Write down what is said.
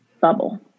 bubble